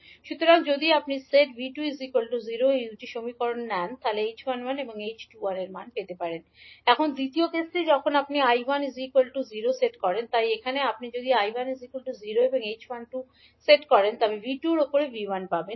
সুতরাং যদি আপনি সেট V2 0 এই দুটি সমীকরণে কি হবে এখন দ্বিতীয় কেসটি যখন আপনি 𝐈1 0 সেট করেন তাই এখানে আপনি যদি 𝐈1 0 h12 সেট করেন তবে আপনি V 2 এর উপরে V 1 হিসাবে পাবেন